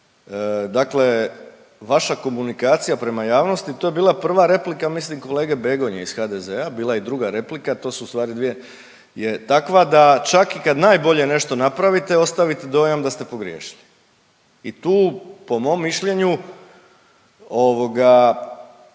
Dakle vaša komunikacija prema javnosti, to je bila prva replika, mislim, kolege Begonje iz HDZ-a, bila je i druga replika, to su ustvari dvije, je takva da čak i kad najbolje nešto napravite, ostavite dojam da ste pogriješili i tu po mom mišljenju, ovoga,